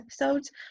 episodes